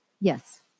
Yes